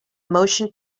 motion